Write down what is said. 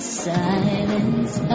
silence